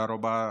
תודה רבה.